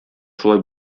шулай